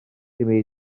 imi